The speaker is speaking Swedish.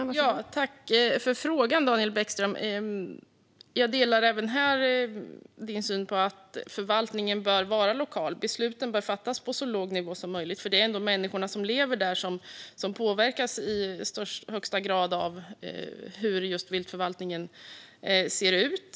Fru talman! Tack för frågan, Daniel Bäckström! Jag delar även här din syn. Förvaltningen bör vara lokal, och besluten bör fattas på så låg nivå som möjligt. Det är ändå människorna som lever i det aktuella området som i högst grad påverkas av hur viltförvaltningen ser ut.